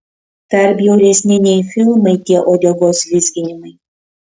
dar bjauresni nei filmai tie uodegos vizginimai